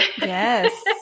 Yes